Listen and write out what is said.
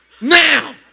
now